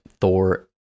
Thor